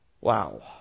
Wow